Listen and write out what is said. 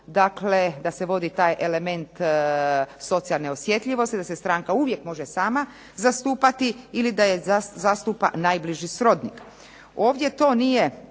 dakle da se vodi taj element socijalne osjetljivosti, da se stranka uvijek može sama zastupati ili da je zastupa najbliži srodnik.